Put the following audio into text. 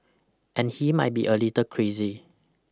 and he might be a little crazy